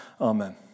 amen